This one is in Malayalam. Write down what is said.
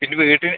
പിന്നെ വീട്